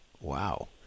Wow